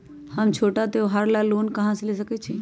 हम छोटा त्योहार ला लोन कहां से ले सकई छी?